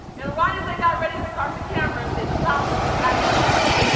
and right as i got ready to start the cameras, they stopped and looked back at me and said,